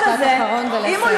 תודה רבה.